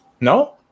No